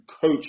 coach